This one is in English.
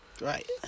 Right